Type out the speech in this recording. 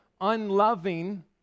unloving